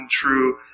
true